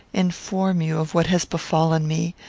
inform you of what has befallen me,